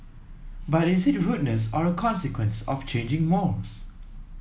but is it rudeness or a consequence of changing mores